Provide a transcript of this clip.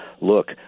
look